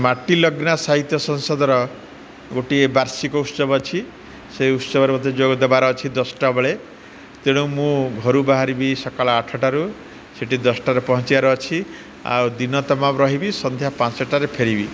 ମାଟି ଲଗ୍ନା ସାହିତ୍ୟ ସଂସଦର ଗୋଟିଏ ବାର୍ଷିକ ଉତ୍ସବ ଅଛି ସେ ଉତ୍ସବରେ ମତେ ଯୋଗ ଦେବାର ଅଛି ଦଶଟା ବେଳେ ତେଣୁ ମୁଁ ଘରୁ ବାହାରିବି ସକାଳ ଆଠଟାରୁ ସେଇଠି ଦଶଟାରେ ପହଞ୍ଚିବାର ଅଛି ଆଉ ଦିନ ତମାନ ରହିବି ସନ୍ଧ୍ୟା ପାଞ୍ଚଟାରେ ଫେରିବି